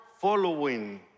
following